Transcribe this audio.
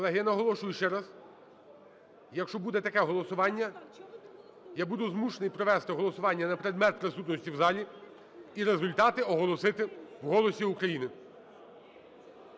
Колеги, я наголошую ще раз, якщо буде таке голосування, я буду змушений провести голосування на предмет присутності в залі і результати оголосити в "Голосі України".